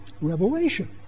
Revelation